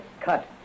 cut